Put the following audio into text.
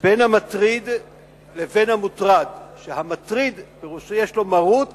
בין המטריד ובין המוטרד, המטריד, יש לו מרות